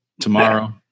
tomorrow